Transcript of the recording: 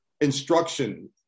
instruction